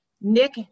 Nick